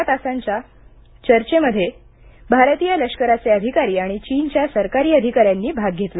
सलग तासांच्या या चर्चेत भारतीय लष्कराचे अधिकारी आणि चीनच्या सरकारी अधिकाऱ्यांनी भाग घेतला